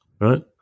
right